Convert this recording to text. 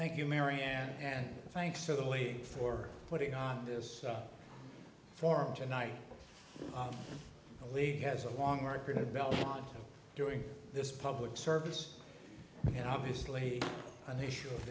thank you marianne and thanks to the league for putting on this forum tonight the league has a long record of belichick doing this public service and obviously an issue of